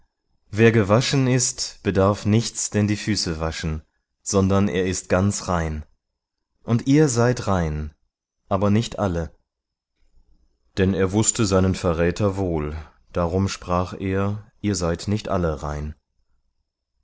wer gewaschen ist bedarf nichts denn die füße waschen sondern er ist ganz rein und ihr seid rein aber nicht alle denn er wußte seinen verräter wohl darum sprach er ihr seid nicht alle rein